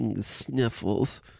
Sniffles